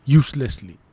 uselessly